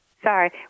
Sorry